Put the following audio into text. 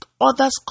others